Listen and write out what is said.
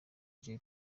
jay